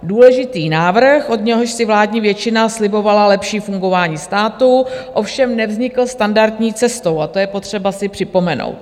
Důležitý návrh, od něhož si vládní většina slibovala lepší fungování státu, ovšem nevznikl standardní cestou a to je potřeba si připomenout.